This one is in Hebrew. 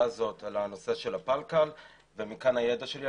הזאת על נושא הפלקל ומכאן הידע שלי.